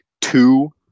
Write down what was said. two